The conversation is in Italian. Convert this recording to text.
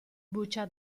buccia